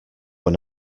when